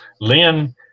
Lynn